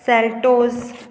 Seltos